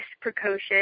precocious